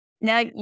Now